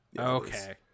Okay